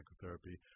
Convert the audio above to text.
psychotherapy